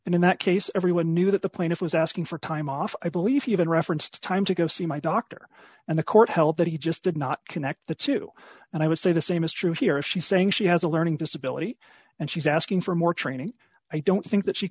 and in that case everyone knew that the plaintiff was asking for time off i believe he even referenced time to go see my doctor and the court held that he just did not connect the two and i would say the same is true here if she's saying she has a learning disability and she's asking for more training i don't think that she